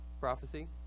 Prophecy